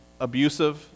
abusive